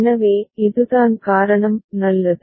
எனவே இதுதான் காரணம் நல்லது